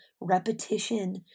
repetition